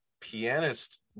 pianist